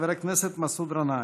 חבר הכנסת מסעוד גנאים.